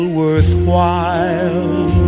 worthwhile